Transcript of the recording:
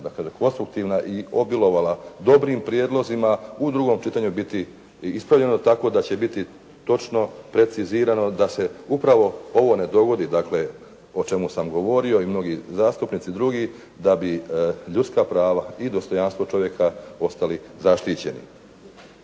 dakle, konstruktivan i obilovala dobrim prijedlozima u drugom čitanju biti i ispravljeno tako da će biti točno precizirano da se upravo ovo ne dogodi dakle, o čemu sam govorio i mnogi zastupnici drugi da bi ljudska prava i dostojanstvo čovjeka ostali zaštićeni.